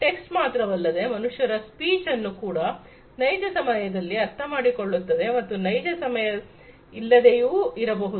text ಮಾತ್ರವಲ್ಲದೆ ಮನುಷ್ಯರ speech ಅನ್ನು ಕೂಡ ನೈಜ ಸಮಯದಲ್ಲಿ ಅರ್ಥಮಾಡಿಕೊಳ್ಳುತ್ತದೆ ಅಥವಾ ನೈಜ ಸಮಯ ಇಲ್ಲದೆಯೂ ಇರಬಹುದು